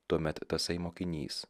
tuomet tasai mokinys